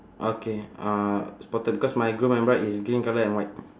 okay uh spotted because my groom and bride is green colour and white